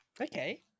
Okay